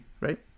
right